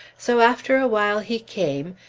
so after a while he came,